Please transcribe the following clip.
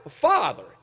Father